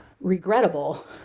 regrettable